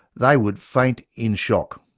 they would faint in shock!